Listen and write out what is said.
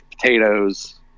potatoes